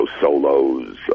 solos